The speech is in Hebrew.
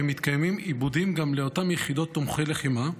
ומתקיימים עיבודים גם לאותן יחידות תומכי לחימה,